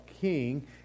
king